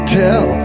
tell